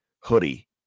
hoodie